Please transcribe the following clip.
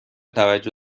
توجه